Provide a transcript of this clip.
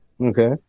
Okay